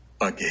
again